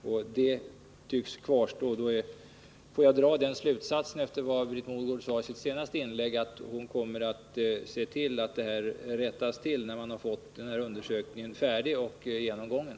Får jag efter vad Britt Mogård sade i sitt senaste inlägg dra den slutsatsen att hon kommer att se till att detta rättas till när man har fått undersökningen färdig och genomgången.